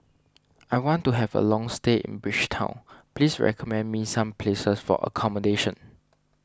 I want to have a long stay in Bridgetown please recommend me some places for accommodation